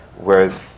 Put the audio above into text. whereas